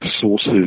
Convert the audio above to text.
sources